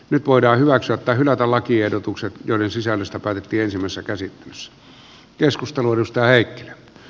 nyt voidaan hyväksyä tai hylätä lakiehdotukset joiden sisällöstä päätettiin ensimmäisessä käsittelyssä